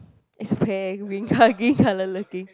it's pear green colour looking